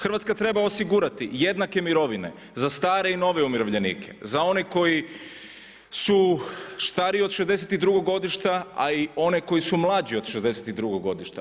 Hrvatska treba osigurati jednake mirovine za stare i nove umirovljenike, za one koji su stariji od 62. godišta a i one koji su mlađi od 62. godišta.